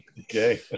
Okay